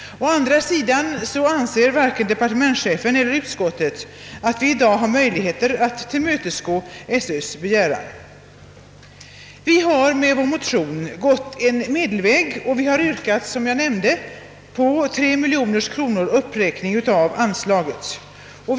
Å andra sidan anser varken departementschefen eller utskottet att vi i dag har möjlighet att tillmötesgå skolöverstyrelsens begäran. Vi har med vår motion gått en medelväg och vi har, som jag nämnde, yrkat på en uppräkning av anslaget med 3 miljoner kronor.